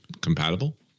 compatible